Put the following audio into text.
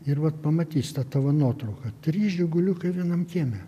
ir vat pamatys tą tavo nuotrauką trys žiguliukai vienam kieme